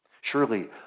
Surely